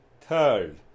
Third